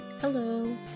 Hello